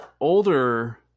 older